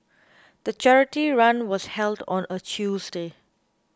the charity run was held on a Tuesday